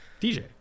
DJ